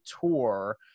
Tour